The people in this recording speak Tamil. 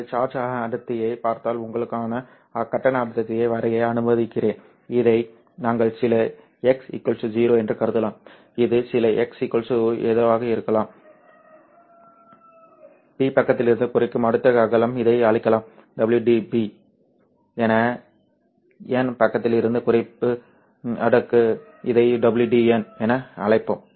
எனவே நீங்கள் சார்ஜ் அடர்த்தியைப் பார்த்தால் உங்களுக்கான கட்டண அடர்த்தியை வரைய அனுமதிக்கிறேன் இதை நாங்கள் சில x 0 என்று கருதலாம் இது சில x ஏதோவாக இருக்கும் பி பக்கத்திலிருந்து குறைக்கும் அடுக்கு அகலம் இதை அழைக்கலாம் WdP என n பக்கத்திலிருந்து குறைப்பு அடுக்கு இதை WdN என அழைப்போம்